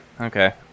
okay